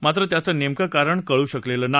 मात्र त्याचं नेमकं कारण कळू शकलेलं नाही